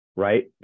Right